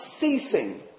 ceasing